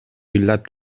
ыйлап